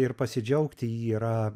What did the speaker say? ir pasidžiaugti yra